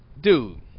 dude